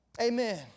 Amen